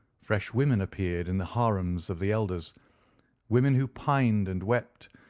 fresh women appeared in the harems of the elders women who pined and wept,